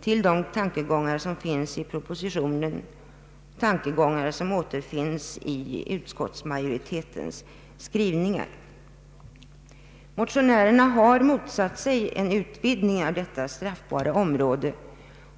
till de tankegångar som förts fram i propositionen — tankegångar som återfinnes i utskottsmajoritetens skrivning. Motionärerna har motsatt sig en utvidgning av det straffbara området.